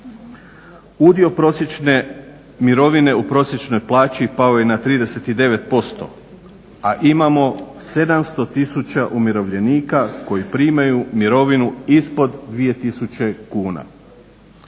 Udio prosječne mirovine u prosječnoj plaći pao je na 39%, a imamo 700 tisuća umirovljenika koji primaju mirovinu ispod dvije